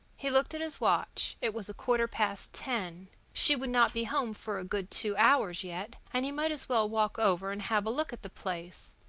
he looked at his watch. it was a quarter past ten she would not be home for a good two hours yet, and he might as well walk over and have a look at the place.